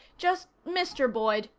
just mr. boyd.